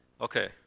Okay